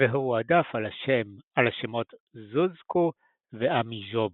והועדף על השמות זוזקו ואמיז'ובי.